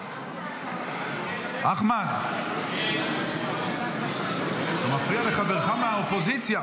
אחמד, אתה מפריע לחברך מהאופוזיציה.